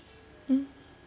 um